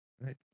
right